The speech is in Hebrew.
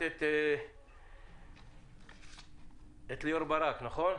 שמעת את ליאור ברק, נכון?